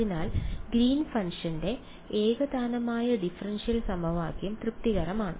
അതിനാൽ ഗ്രീൻസ് ഫംഗ്ഷന്റെ ഏകതാനമായ ഡിഫറൻഷ്യൽ സമവാക്യം തൃപ്തികരമാണ്